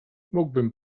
mógłbym